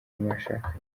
mwashakanye